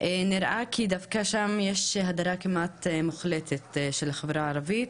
נראה כי דווקא שם יש הדרה כמעט מוחלטת של החברה הערבית.